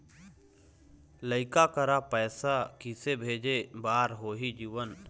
लइका करा पैसा किसे भेजे बार होही जीवन